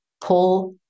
pull